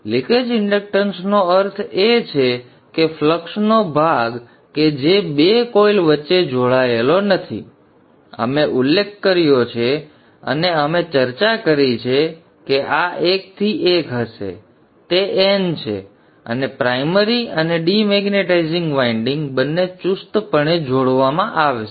leakage ઇંડક્ટન્સનો અર્થ એ છે કે ફ્લક્સનો ભાગ કે જે બે કોઇલ વચ્ચે જોડાયેલો નથી અને અમે ઉલ્લેખ કર્યો છે અને અમે ચર્ચા કરી છે કે આ 1 થી 1 હશે તે n છે અને પ્રાઇમરી અને ડિમેગ્નેટાઇઝિંગ વાઇન્ડિંગ બંને ચુસ્તપણે જોડવામાં આવશે